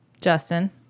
Justin